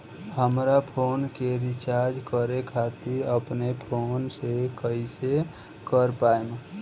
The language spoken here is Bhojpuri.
हमार फोन के रीचार्ज करे खातिर अपने फोन से कैसे कर पाएम?